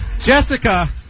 Jessica